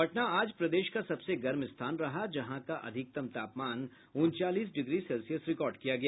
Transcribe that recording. पटना आज प्रदेश का सबसे गर्म स्थान रहा जहां का अधिकतम तापमान उनचालीस डिग्री सेल्सियस रिकॉर्ड किया गया